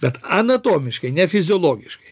bet anatomiškai ne fiziologiškai